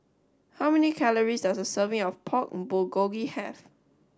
how many calories does a serving of Pork Bulgogi have